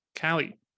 Callie